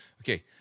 okay